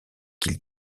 qu’il